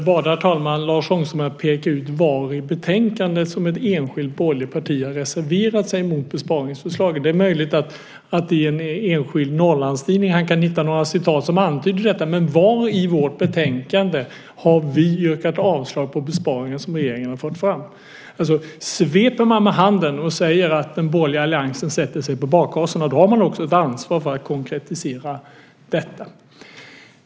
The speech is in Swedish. Herr talman! Jag vill be Lars Ångström att peka ut var i betänkandet som ett enskilt borgerligt parti har reserverat sig mot besparingsförslaget. Det är möjligt att man i en enskild Norrlandstidning kan hitta några citat som antyder detta, men var i vårt i betänkande har vi yrkat avslag på besparingar som regeringen har fört fram? Sveper man med handen och säger att den borgerliga alliansen sätter sig på bakhasorna har man också ett ansvar för att konkretisera detta.